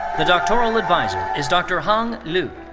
the doctoral adviser is dr. hang lu.